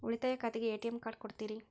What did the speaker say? ಉಳಿತಾಯ ಖಾತೆಗೆ ATM card ಕೊಡ್ತೇರಿ?